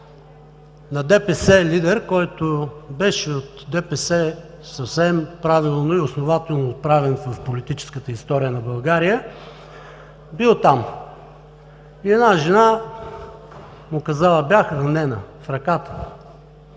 на ДПС, който беше от ДПС, съвсем правилно и основателно отправен в политическата история на България, бил там. Една жена му казала: „Бях ранена в ръката.“